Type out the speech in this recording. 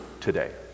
today